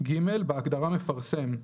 (ג)בהגדרה "מפרסם",